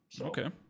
Okay